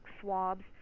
swabs